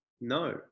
no